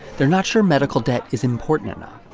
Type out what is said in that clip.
they're not sure medical debt is important enough.